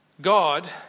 God